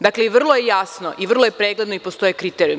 Dakle, vrlo je jasno i vrlo je pregledno i postoje kriterijumi.